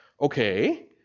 okay